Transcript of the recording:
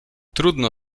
trudno